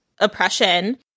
oppression